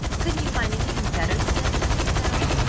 couldn't you find anything better than this in the town?